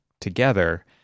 together